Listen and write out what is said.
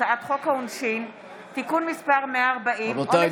הצעת חוק העונשין (תיקון מס' 140) רבותיי,